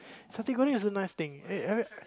satay Goreng is a nice thing